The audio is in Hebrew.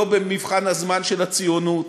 לא במבחן הזמן של הציונות,